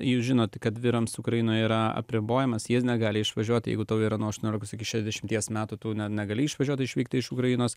jūs žinote kad vyrams ukrainoje yra apribojamas jiezną gali išvažiuoti jeigu tau yra nuo aštuoniolikod iki šešiasdešimties metų tu ne negali išvažiuoti išvykti iš ukrainos